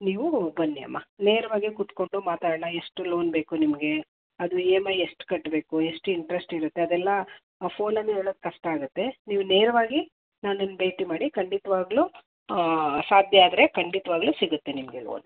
ನೀವು ಬನ್ನಿ ಅಮ್ಮ ನೇರವಾಗೆ ಕುತ್ಕೊಂಡು ಮಾತಾಡೋಣ ಎಷ್ಟು ಲೋನ್ ಬೇಕು ನಿಮಗೆ ಅದು ಇ ಎಮ್ ಐ ಎಷ್ಟು ಕಟ್ಟಬೇಕು ಎಷ್ಟು ಇಂಟ್ರಸ್ಟ್ ಇರುತ್ತೆ ಅದೆಲ್ಲ ಫೋನಲ್ಲಿ ಹೇಳೋದು ಕಷ್ಟ ಆಗುತ್ತೆ ನೀವು ನೇರವಾಗಿ ನನ್ನನ್ನು ಭೇಟಿ ಮಾಡಿ ಖಂಡಿತವಾಗ್ಲು ಸಾಧ್ಯ ಆದರೆ ಖಂಡಿತವಾಗ್ಲು ಸಿಗುತ್ತೆ ನಿಮಗೆ ಲೋನ್